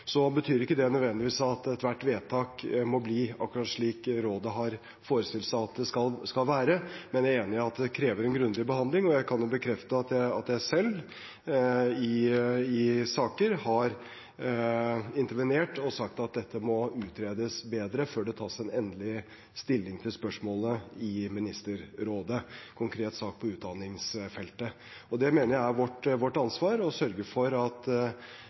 har forestilt seg at det skal være, men jeg er enig i at det krever en grundig behandling. Jeg kan bekrefte at jeg selv har intervenert i saker og sagt at dette må utredes bedre før det tas endelig stilling til spørsmålet i Ministerrådet, en konkret sak på utdanningsfeltet. Jeg mener det er vårt ansvar å sørge for at